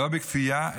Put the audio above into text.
לא בכפייה,